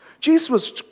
Jesus